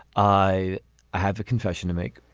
i have a confession to make.